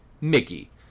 Mickey